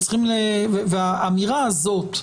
האמירה הזאת: